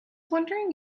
wondering